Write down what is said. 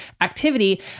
activity